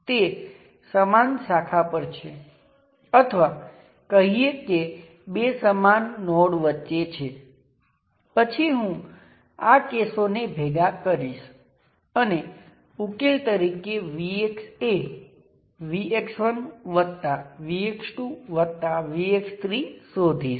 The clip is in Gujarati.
તેથી હવે જેમ મેં કહ્યું હતું કે તમે બંને બાજુએ સોર્સ લાગુ કરી શકો છો અને પરિણામી બ્રાન્ચના વોલ્ટેજ અને કરંટ દરેક જગ્યાએ આ બે સોર્સ નું લિનિયર કોમ્બિનેશન હશે